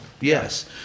Yes